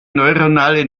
neuronale